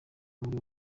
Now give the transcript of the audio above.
muri